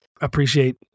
appreciate